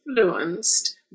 influenced